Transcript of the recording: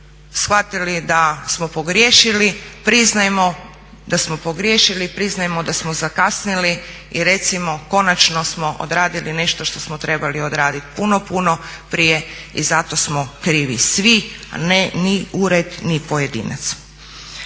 Priznajmo da smo pogriješili, priznajmo da smo zakasnili i recimo konačno smo odradili nešto što smo trebali odraditi puno, puno prije i zato smo krivi svi, a ne ni ured ni pojedinac.